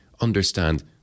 understand